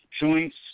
joints